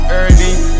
early